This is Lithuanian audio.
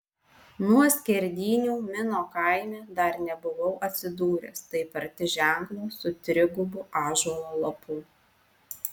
nuo skerdynių mino kaime dar nebuvau atsidūręs taip arti ženklo su trigubu ąžuolo lapu